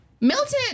Milton